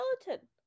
skeleton